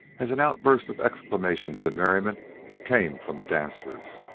as an outburst of exclamations and merriment came from the dancers.